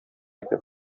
икән